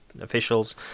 officials